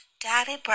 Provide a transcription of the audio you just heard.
Daddy